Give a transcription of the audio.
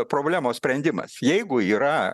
problemos sprendimas jeigu yra